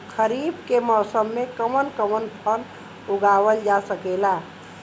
खरीफ के मौसम मे कवन कवन फसल उगावल जा सकेला?